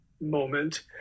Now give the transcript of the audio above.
moment